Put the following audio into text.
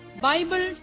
Bible